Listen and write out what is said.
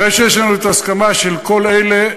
אחרי שיש לנו את הסכמה של כל אלה,